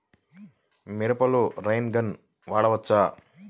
మిరపలో rain gun వాడవచ్చా?